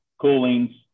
Coolings